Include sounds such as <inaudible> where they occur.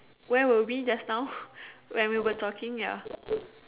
where were we just now <breath> when we were talking here